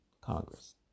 Congress